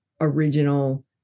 original